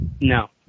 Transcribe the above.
No